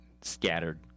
scattered